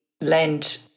land